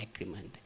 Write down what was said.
agreement